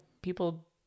people